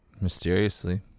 mysteriously